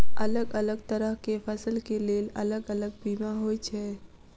अलग अलग तरह केँ फसल केँ लेल अलग अलग बीमा होइ छै?